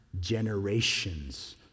generations